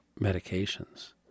medications